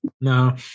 No